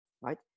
right